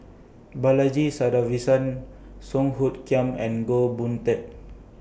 Balaji Sadavisan Song Hoot Kiam and Goh Boon Teck